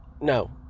No